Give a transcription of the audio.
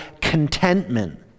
contentment